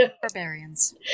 barbarians